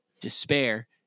Despair